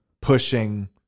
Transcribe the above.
pushing